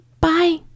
bye